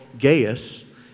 Gaius